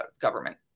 government